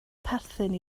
perthyn